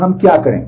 तो हम क्या करें